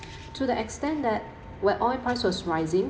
to the extent that where oil price was rising